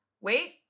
Wait